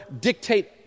dictate